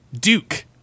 Duke